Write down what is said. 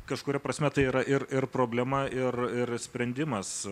kažkuria prasme tai yra ir ir problema ir ir sprendimas